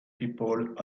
people